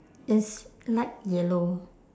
is light yellow